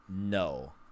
no